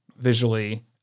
visually